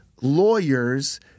lawyers